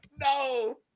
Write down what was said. No